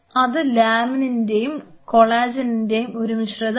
അത് ലാമിനിന്റെയും കൊളാജനിന്റെയും ഒരു മിശ്രിതമാണ്